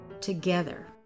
together